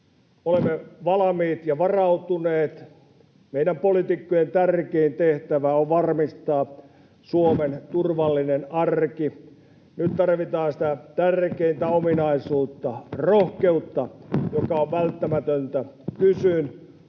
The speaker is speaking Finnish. Olemme valmiit ja varautuneet. Meidän poliitikkojen tärkein tehtävä on varmistaa Suomen turvallinen arki. Nyt tarvitaan sitä tärkeintä ominaisuutta, rohkeutta, joka on välttämätöntä. Kysyn: